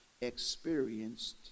experienced